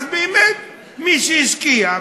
באמת מי שהשקיע,